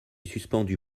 suspendu